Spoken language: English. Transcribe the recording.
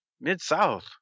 mid-south